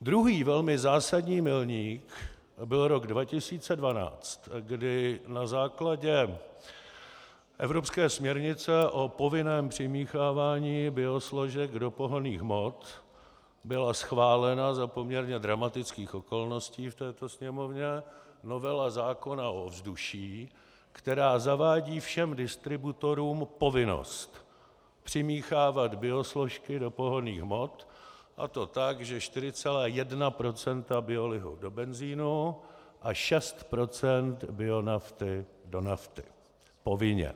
Druhý velmi zásadní milník byl rok 2012, kdy na základě evropské směrnice o povinném přimíchávání biosložek do pohonných hmot byla schválena za poměrně dramatických okolností v této Sněmovně novela zákona o ovzduší, která zavádí všem distributorům povinnost přimíchávat biosložky do pohonných hmot, a to tak, že 4,1 % biolihu do benzinu a 6 % bionafty do nafty povinně.